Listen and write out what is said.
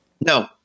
No